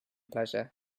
pleasure